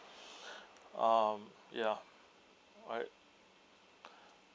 um ya right